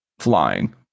flying